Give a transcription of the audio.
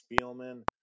Spielman